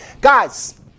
Guys